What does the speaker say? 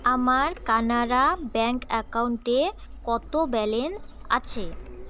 আমার কানারা ব্যাঙ্ক অ্যাকাউন্টে কত ব্যালেন্স আছে